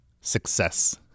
success